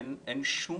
אין שום